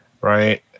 right